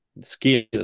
skills